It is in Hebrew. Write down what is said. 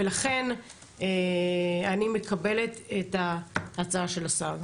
ולכן אני מקבלת את ההצעה של השר.